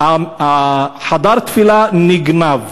חדר התפילה נגנב.